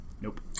Nope